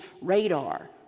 radar